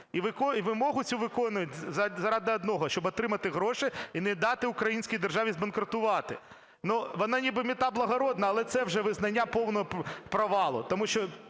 І вимогу цю виконують заради одного: щоб отримати гроші і дати українській державі збанкрутувати. Вона ніби мета благородна, але це вже визнання повного провалу,